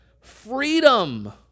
freedom